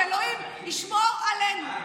שאלוהים ישמור עלינו.